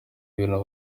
ibintu